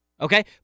Okay